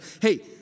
hey